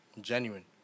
genuine